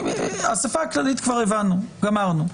אסיפה כללית כבר הבנו, גמרנו.